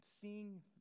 seeing